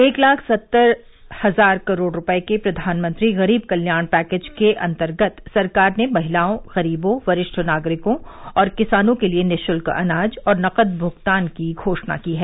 एक लाख सत्तर हजार करोड़ रुपए के प्रधानमंत्री गरीब कल्याण पैकेज के अंतर्गत सरकार ने महिलाओं गरीबों वरिष्ठ नागरिकों और किसानों के लिए निःशुल्क अनाज और नकद भुगतान की घोषणा की है